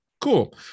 cool